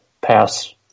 pass